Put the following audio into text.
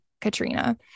Katrina